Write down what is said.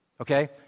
Okay